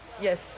yes